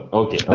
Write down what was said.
okay